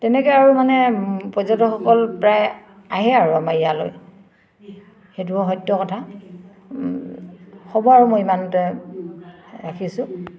তেনেকৈ আৰু মানে পৰ্যটকসকল প্ৰায় আহে আৰু আমাৰ ইয়ালৈ সেইটো সত্য কথা হ'ব আৰু মই ইমানতে ৰাখিছোঁ